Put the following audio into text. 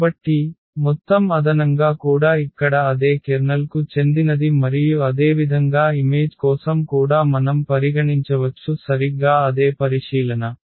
కాబట్టి మొత్తం అదనంగా కూడా ఇక్కడ అదే కెర్నల్కు చెందినది మరియు అదేవిధంగా ఇమేజ్ కోసం కూడా మనం పరిగణించవచ్చు సరిగ్గా అదే పరిశీలన